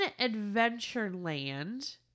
Adventureland